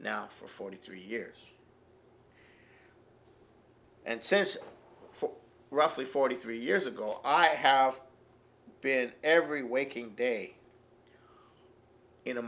now for forty three years and says for roughly forty three years ago i have been every waking day in a